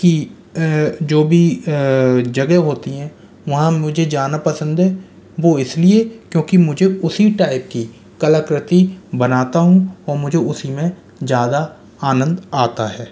कि जो भी जगह होती हैं वहाँ मुझे जाना पसंद है वो इसलिए क्योंकि मुझे उसी टाइप की कलाकृति बनाता हूँ और मुझे उसमें ज़्यादा आनंद आता है